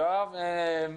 יואב טאובמן,